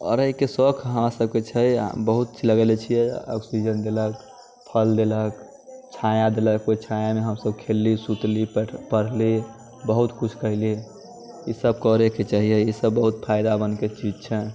आओर अइके शौक हमरा सबके छै बहुत चीज लगेने छियै ऑक्सिजन देलक फल देलक छाया देलक ओ छायामे हमसब खेलली सुतली पढ़ली बहुत कुछ कइली ई सब करैके चाहिए ई सब बहुत फायदामन्दके चीज छै